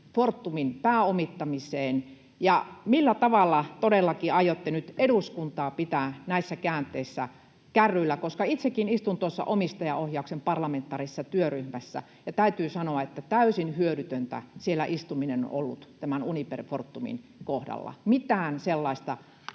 Fortumin pääomittamiseen, ja millä tavalla todellakin aiotte nyt eduskuntaa pitää näissä käänteissä kärryillä? Itsekin istun omistajaohjauksen parlamentaarisessa työryhmässä, ja täytyy sanoa, että täysin hyödytöntä siellä istuminen on ollut tämän Uniper-Fortumin kohdalla. [Puhemies